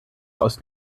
aus